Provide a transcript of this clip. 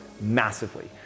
massively